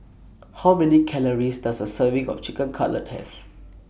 How Many Calories Does A Serving of Chicken Cutlet Have